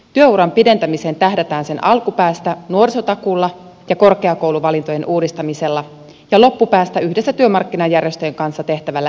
työuran pidentämiseen tähdätään sen alkupäästä nuorisotakuulla ja korkeakouluvalintojen uudistamisella ja loppupäästä yhdessä työmarkkinajärjestöjen kanssa tehtävällä eläkeuudistuksella